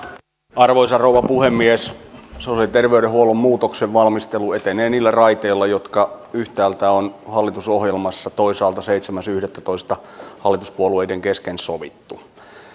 arvoisa rouva puhemies sosiaali ja terveydenhuollon muutoksen valmistelu etenee niillä raiteilla jotka yhtäältä ovat hallitusohjelmassa toisaalta seitsemäs yhdettätoista hallituspuolueiden kesken sovittu